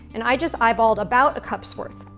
and i just eyeballed about a cup's worth.